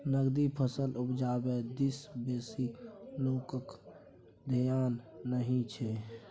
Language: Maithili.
नकदी फसल उपजाबै दिस बेसी लोकक धेआन नहि छै